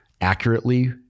accurately